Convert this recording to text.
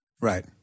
Right